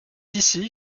ici